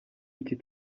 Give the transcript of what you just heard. iki